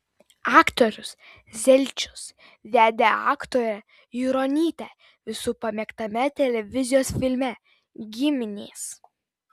aktorius zelčius vedė aktorę juronytę visų pamėgtame televizijos filme giminės